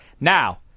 Now